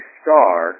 star